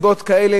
מסיבות כאלה,